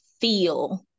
feel